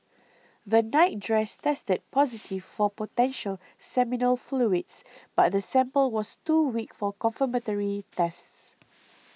the nightdress tested positive for potential seminal fluids but the sample was too weak for confirmatory tests